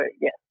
yes